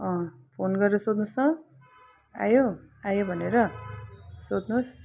अँ फोन गरेर सोध्नुहोस् त आयो आयो भनेर सोध्नुहोस्